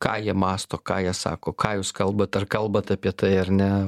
ką jie mąsto ką jie sako ką jūs kalbat ar kalbat apie tai ar ne